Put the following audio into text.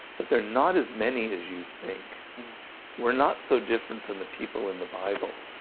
but they're not as many as you think we're not so different from the people in the bible